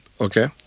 Okay